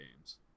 games